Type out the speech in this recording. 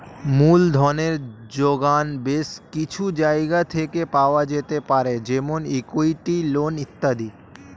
মূলধনের জোগান বেশ কিছু জায়গা থেকে পাওয়া যেতে পারে যেমন ইক্যুইটি, লোন ইত্যাদি